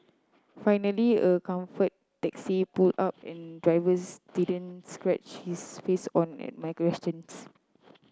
finally a Comfort taxi pulled up and drivers didn't scrunch his face on at my questions